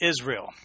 Israel